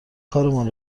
کارمان